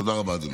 תודה רבה, אדוני.